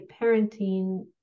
parenting